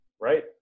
right